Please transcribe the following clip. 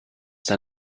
der